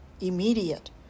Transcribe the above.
immediate